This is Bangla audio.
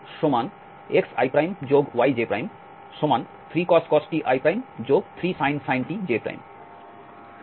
সুতরাং rtxiyj3cos t i3sin t j